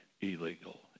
illegal